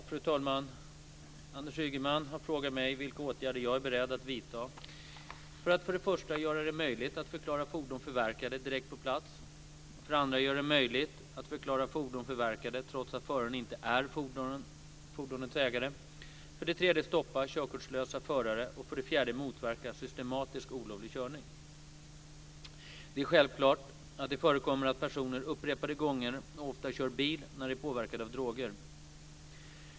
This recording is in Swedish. Fru talman! Anders Ygeman har frågat mig vilka åtgärder jag är beredd att vidta för att för det första göra det möjligt att förklara fordon förverkade direkt på plats, för det andra göra det möjligt att förklara fordon förverkade trots att föraren inte är fordonets ägare, för det tredje stoppa körkortslösa förare och för det fjärde motverka systematisk olovlig körning. Det är självklart allvarligt att det förekommer att personer upprepade gånger och ofta kör bil när de är påverkade av droger.